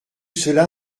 cela